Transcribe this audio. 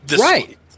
right